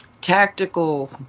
tactical